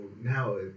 now